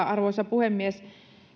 arvoisa puhemies